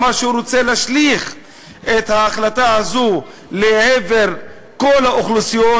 הוא אמר שהוא רצה להשליך את ההחלטה הזו על כל האוכלוסיות,